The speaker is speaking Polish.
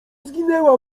zginęła